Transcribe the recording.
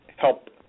help